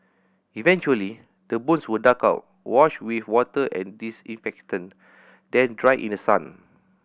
eventually the bones were dug out washed with water and disinfectant then dried in the sun